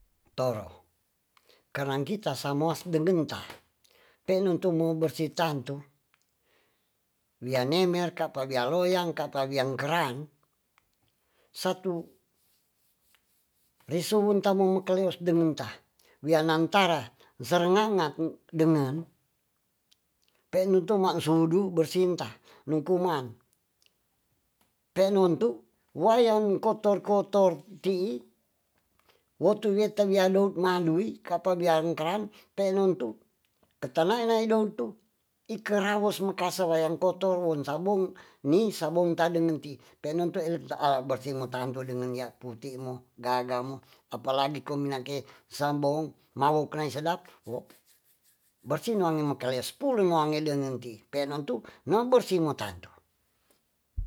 Toro kanang kita samos dedeng ta penun tumu bersih tantu wia nemer kapa wia loyang kapa wiang kerang satu risuun tamun makeleos dendeng ta wia nantara serenganga dengen penun tu ma sudu bersih ta nu kumang penun tu wayang kotor kotor tii wotu weta wia dout ma dui kapa biangkan penun tu ketanae nae dout tu ikeraos makase wayang kotor won sabu ni sabong tade ngenti penun tu elek saa bersih me tantu dengen ya putimu gagamu apalagi ku minnang ke sabong ma wo kneng sadap wo bersin wange mekaleos pul dengo ange denenti penon tu nge bersih ngotadu